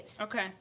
Okay